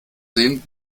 sehen